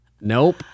nope